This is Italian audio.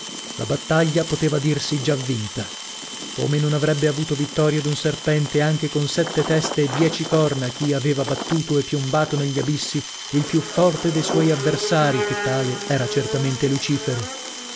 la battaglia poteva dirsi già vinta come non avrebbe avuto vittoria d'un serpente anche con sette teste e dieci corna chi aveva battuto e piombato negli abissi il più forte de suoi avversari che tale era certamente lucifero